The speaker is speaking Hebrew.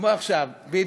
כמו עכשיו, יוסי.